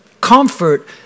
comfort